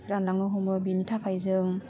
रानलांनो हमो बिनि थाखाइ जों